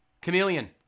chameleon